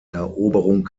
eroberung